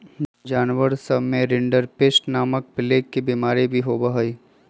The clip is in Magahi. जानवर सब में रिंडरपेस्ट नामक प्लेग के बिमारी भी होबा हई